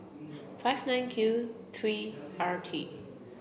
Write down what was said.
five nine Q three R T